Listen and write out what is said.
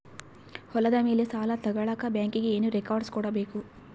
ಹೊಲದ ಮೇಲೆ ಸಾಲ ತಗಳಕ ಬ್ಯಾಂಕಿಗೆ ಏನು ಏನು ರೆಕಾರ್ಡ್ಸ್ ಕೊಡಬೇಕು?